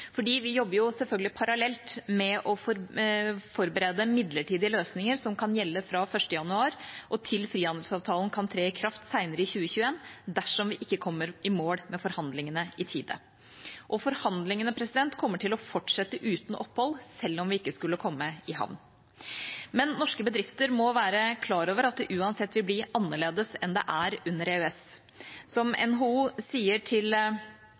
vi jobber selvfølgelig parallelt med å forberede midlertidige løsninger som kan gjelde fra 1. januar og til frihandelsavtalen kan tre i kraft senere i 2021, dersom vi ikke kommer i mål med forhandlingene i tide. Forhandlingene kommer til å fortsette uten opphold, selv om vi ikke skulle komme i havn. Men norske bedrifter må være klar over at det uansett vil bli annerledes enn det er under EØS. Som NHO sier til